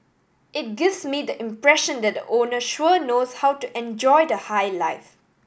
it gives me the impression that the owner sure knows how to enjoy the high life